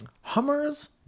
Hummers